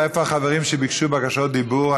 איפה החברים שביקשו בקשות דיבור?